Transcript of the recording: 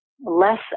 Less